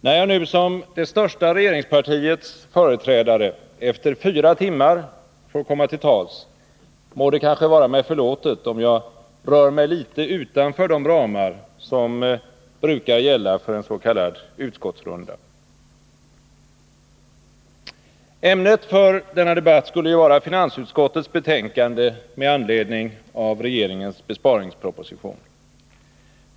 När jag nu som det största regeringspartiets företrädare efter fyra timmar får komma till tals, må det kanske vara mig förlåtet om jag rör mig litet utanför de ramar som brukar gälla för en s.k. utskottsrunda. Ämnet för denna debatt skulle ju vara finansutskottets betänkande med anledning av regeringens besparingsproposition.